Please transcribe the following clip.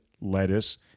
lettuce